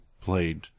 played